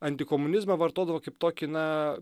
antikomunizmą vartodavo kaip tokį na